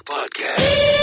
Podcast